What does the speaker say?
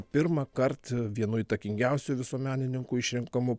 pirmąkart vienu įtakingiausių visuomenininkų išrenkamu